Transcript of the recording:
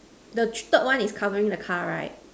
the third one is covering the car right